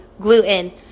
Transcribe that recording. gluten